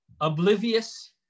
oblivious